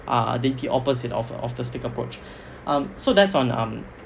uh the opposite of of the stick approach uh so that's on um